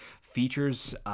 features